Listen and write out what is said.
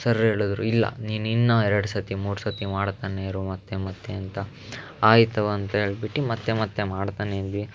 sir ಹೇಳಿದ್ರು ಇಲ್ಲ ನೀನು ಇನ್ನೂ ಎರಡು ಸರ್ತಿ ಮೂರು ಸರ್ತಿ ಮಾಡ್ತನೇ ಇರು ಮತ್ತೆ ಮತ್ತೆ ಅಂತ ಆಯಿತು ಅಂತ ಹೇಳ್ಬಿಟ್ಟು ಮತ್ತೆ ಮತ್ತೆ ಮಾಡ್ತನೇ ಇದ್ವಿ